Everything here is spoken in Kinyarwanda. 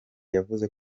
yavuze